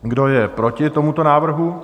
Kdo je proti tomuto návrhu?